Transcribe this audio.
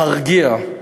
להרגיע,